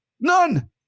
None